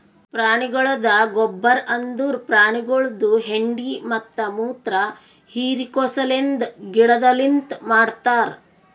ಪ್ರಾಣಿಗೊಳ್ದ ಗೊಬ್ಬರ್ ಅಂದುರ್ ಪ್ರಾಣಿಗೊಳ್ದು ಹೆಂಡಿ ಮತ್ತ ಮುತ್ರ ಹಿರಿಕೋ ಸಲೆಂದ್ ಗಿಡದಲಿಂತ್ ಮಾಡ್ತಾರ್